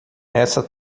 essa